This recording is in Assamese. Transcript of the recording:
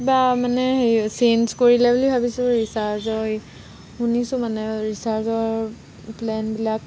কিবা মানে হেৰি চেঞ্জ কৰিলে বুলি ভাবিছোঁ ৰিচাৰ্জৰ শুনিছোঁ মানে ৰিচাৰ্জৰ প্লেনবিলাক